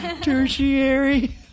Tertiary